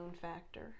factor